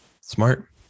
smart